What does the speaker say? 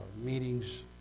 meetings